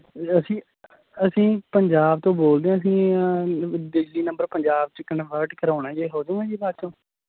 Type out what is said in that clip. ਅਸੀਂ ਅਸੀਂ ਪੰਜਾਬ ਤੋਂ ਬੋਲਦੇ ਹਾਂ ਅਸੀਂ ਦਿੱਲੀ ਨੰਬਰ ਪੰਜਾਬ 'ਚ ਕਨਵਰਟ ਕਰਵਾਉਣਾ ਜੇ ਹੋ ਜਾਵੇਗਾ ਜੀ ਬਾਅਦ 'ਚੋਂ